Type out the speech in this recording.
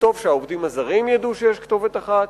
וטוב שהעובדים הזרים ידעו שיש כתובת אחת,